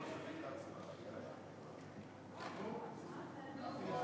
חוק הגנת הצרכן (תיקון מס' 37),